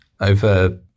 over